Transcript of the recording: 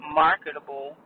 marketable